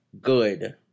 good